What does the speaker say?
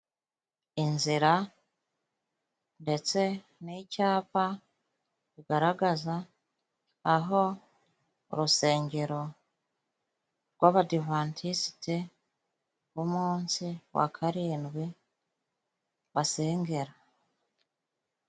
Inzira ndetse n'icyapa bigaragaza aho urusengero rw'Abadiventisiti b'umunsi wa Karindwi basengera.